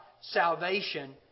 salvation